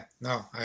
no